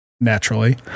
naturally